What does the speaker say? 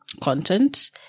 content